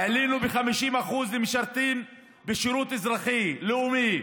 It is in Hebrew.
העלינו ב-50% למשרתים בשירות אזרחי לאומי.